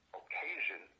occasion